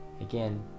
Again